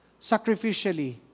sacrificially